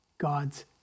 God's